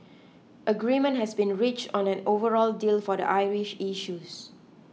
agreement has been reached on an overall deal for the Irish issues